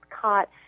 caught